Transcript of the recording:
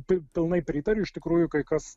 taip pilnai pritariu iš tikrųjų kai kas